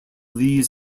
lees